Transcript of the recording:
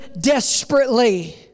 desperately